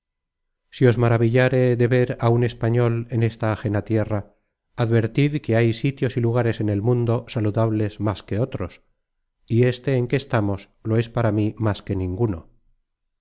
si os maravilláre de ver á un español en esta ajena tierra advertid que hay sitios y lugares en el mundo saludables más que otros y éste en que estamos lo es para mí más que ninguno